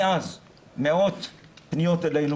מאז מאות פניות אלינו.